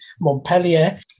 Montpellier